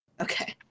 okay